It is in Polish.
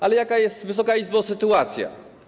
A jaka jest, Wysoka Izbo, sytuacja?